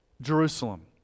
Jerusalem